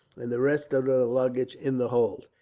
and the rest of the luggage in the hold.